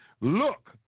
Look